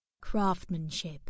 Craftsmanship